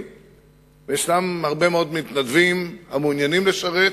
וישנם הרבה מאוד מתנדבים המעוניינים לשרת